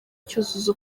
cyuzuzo